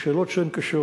בשאלות שהן קשות.